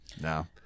no